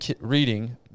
reading